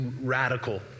radical